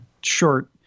short